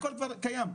הכל כבר קיים,